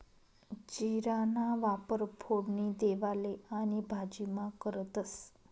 जीराना वापर फोडणी देवाले आणि भाजीमा करतंस